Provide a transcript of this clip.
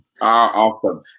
Awesome